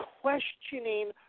questioning